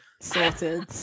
Sorted